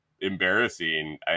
embarrassing